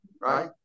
right